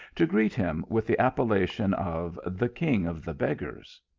to greet him with the appellation of the king of the beggars.